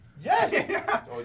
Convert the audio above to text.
Yes